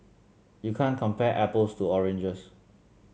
you can't compare apples to oranges